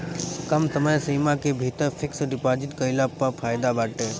कम समय सीमा के भीतर फिक्स डिपाजिट कईला पअ फायदा बाटे